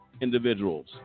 individuals